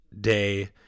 day